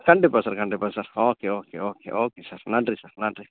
கண்டிப்பாக சார் கண்டிப்பாக sir okay okay okay okay sir நன்றி சார் நன்றி